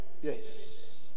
Yes